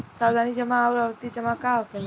सावधि जमा आउर आवर्ती जमा का होखेला?